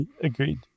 Agreed